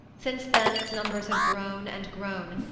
since then its numbers have grown and grown,